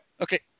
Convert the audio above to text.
Okay